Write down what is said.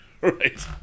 Right